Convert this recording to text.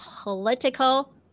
political